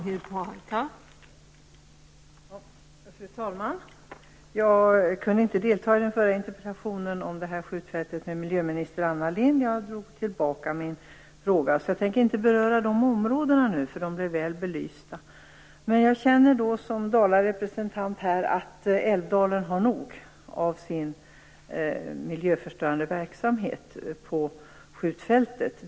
Fru talman! Jag kunde inte delta i interpellationsdebatten om det här skjutfältet med Anna Lindh. Jag tog tillbaka min fråga, så jag tänker inte beröra dessa områden nu, de blev väl belysta då. Men som Dalarepresentant känner jag att Älvdalen har nog av sin miljöförstörande verksamhet på skjutfältet.